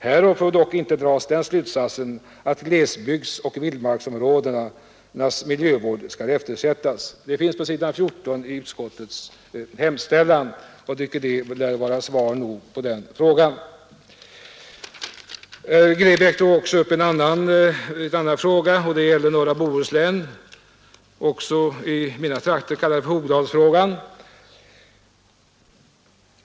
Härav får dock inte dras den slutsatsen att glesbygdsoch vildmarksområdenas miljövård skall eftersättan.” Det finns på s. 14 i utskottets betänkande, och jag tycker det kan vara svar nog på den frågan. Herr Grebäck tog också upp en annan fråga som gäller norra Bohuslän, också i mina trakter kallad Hogdalsfrågan.